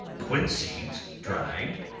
quince seeds dried,